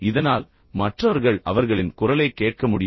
இதனால் மற்றவர்கள் அவர்களின் குரலைக் கேட்க முடியும்